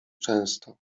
często